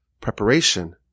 preparation